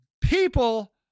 people